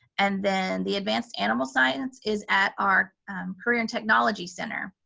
and then the advanced animal science is at our career and technology center,